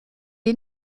est